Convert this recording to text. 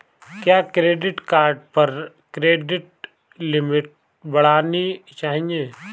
क्या credit card पर credit limit बढ़ानी चाहिए?